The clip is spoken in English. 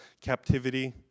captivity